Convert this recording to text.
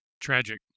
Tragic